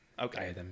Okay